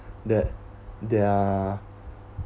that their